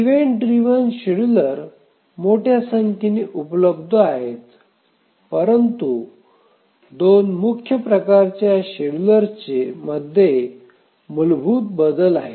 event driven scheduler मोठ्या संख्येने उपलब्ध आहेत परंतु दोन मुख्य प्रकारच्या शेड्यूलर्सचे मूलभूत बदल आहेत